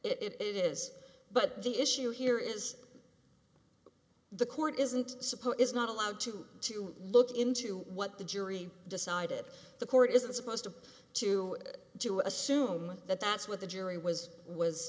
many it is but the issue here is the court isn't suppose it's not allowed to to look into what the jury decided the court isn't supposed to do you assume that that's what the jury was was